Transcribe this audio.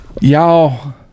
Y'all